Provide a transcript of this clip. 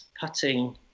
putting